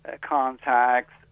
contacts